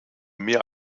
mehr